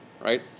Right